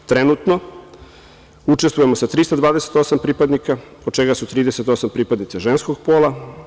Trenutno učestvujemo sa 328 pripadnika, od čega su 38 pripadnice ženskog pola.